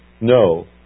no